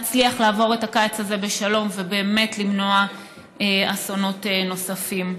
נצליח לעבור את הקיץ הזה בשלום ובאמת למנוע אסונות נוספים.